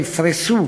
יפרסו